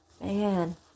man